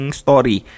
story